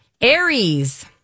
Aries